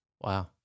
Wow